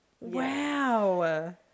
Wow